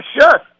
sure